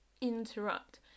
interrupt